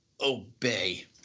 obey